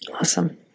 Awesome